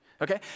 Okay